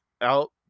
out